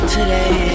Today